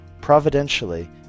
providentially